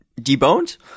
deboned